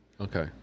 Okay